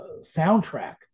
soundtrack